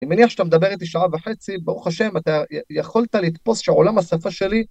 אני מניח שאתה מדבר איתי שעה וחצי ברוך השם אתה יכולת לתפוס שעולם השפה שלי